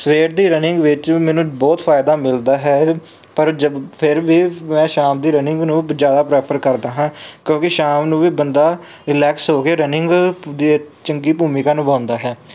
ਸਵੇਰ ਦੀ ਰਨਿੰਗ ਵਿੱਚ ਵੀ ਮੈਨੂੰ ਬਹੁਤ ਫਾਇਦਾ ਮਿਲਦਾ ਹੈ ਪਰ ਫਿਰ ਵੀ ਮੈਂ ਸ਼ਾਮ ਦੀ ਰਨਿੰਗ ਨੂੰ ਜ਼ਿਆਦਾ ਪ੍ਰੈਫਰ ਕਰਦਾ ਹਾਂ ਕਿਉਂਕਿ ਸ਼ਾਮ ਨੂੰ ਵੀ ਬੰਦਾ ਰਿਲੈਕਸ ਹੋ ਕੇ ਰਨਿੰਗ ਦੀ ਚੰਗੀ ਭੂਮਿਕਾ ਨਿਭਾਉਂਦਾ ਹੈ